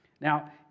Now